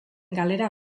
galera